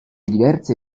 diverse